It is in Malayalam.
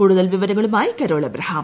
കൂടുതൽ വിവരങ്ങളുമായി കരോൾ എബ്രഹാം